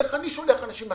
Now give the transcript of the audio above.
איך אני שולח אנשים לקרב.